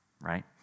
Right